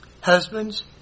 Husbands